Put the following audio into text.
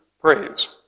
praise